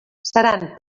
seran